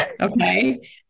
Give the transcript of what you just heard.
Okay